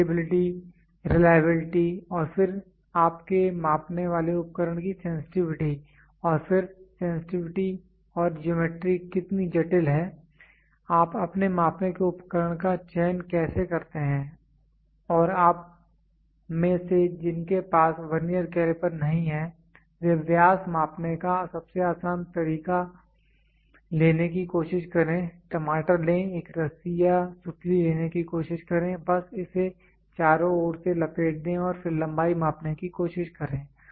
repeatability reliability और फिर आपके मापने वाले उपकरण की सेंसटिविटी और फिर सेंसटिविटी और ज्योमेट्री कितनी जटिल है आप अपने मापने के उपकरण का चयन कैसे करते हैं और आप में से जिनके पास वर्नियर कैलीपर नहीं हैं वे व्यास मापने का सबसे आसान तरीका लेने की कोशिश करें टमाटर ले एक रस्सी या सुतली लेने की कोशिश करें बस इसे चारों ओर से लपेट दें और फिर लंबाई मापने की कोशिश करें